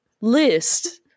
list